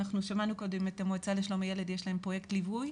אנחנו שמענו קודם את המועצה לשלום הילד שיש להם פרויקט ליווי.